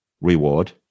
reward